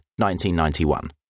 1991